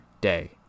day